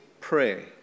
pray